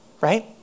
Right